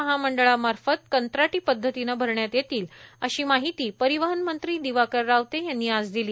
महामंडळामार्फत कंत्राटीपद्वतीनं भरण्यात येतील अशी माहिती परिवहन मंत्री दिवाकर रावते यांनी आज दिली